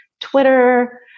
Twitter